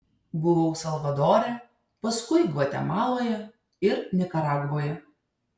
buvau salvadore paskui gvatemaloje ir nikaragvoje